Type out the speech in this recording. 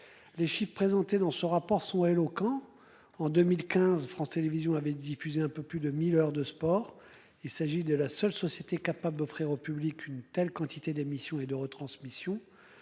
Les chiffres présentés dans ce rapport sont éloquents. En 2015, France Télévisions avait diffusé un peu plus de 1000 heures de sport. Il s'agit de la seule société capable d'offrir au public une telle quantité d'émissions et de retransmission.